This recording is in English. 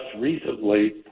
recently